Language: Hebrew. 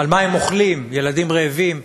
על מה הם אוכלים, ילדים רעבים,